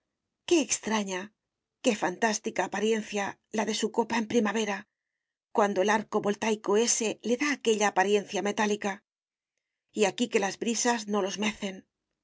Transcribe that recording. qué extraña qué fantástica apariencia la de su copa en primavera cuando el arco voltaico ese le da aquella apariencia metálica y aquí que las brisas no los mecen